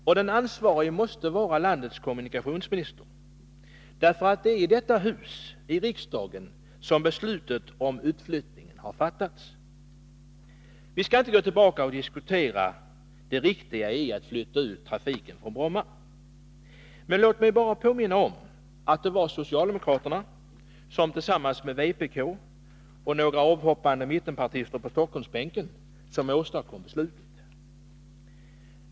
Och den ansvarige måste vara landets kommunikationsminister, därför att det är i detta hus — i riksdagen — som beslutet om utflyttningen har fattats. Vi skall inte gå tillbaka och diskutera det riktiga i att flytta ut trafiken från Bromma. Låt mig bara påminna om att det var socialdemokraterna som tillsammans med vpk och några avhoppade mittenpartister på Stockholmsbänken som åstadkom beslutet.